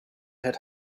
had